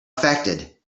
affected